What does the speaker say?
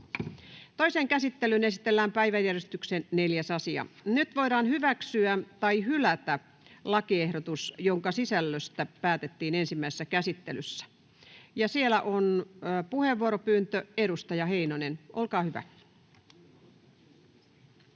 Toiseen käsittelyyn esitellään päiväjärjestyksen 4. asia. Nyt voidaan hyväksyä tai hylätä lakiehdotus, jonka sisällöstä päätettiin ensimmäisessä käsittelyssä. Siellä on puheenvuoropyyntö edustaja Heinosella. — Olkaa hyvä.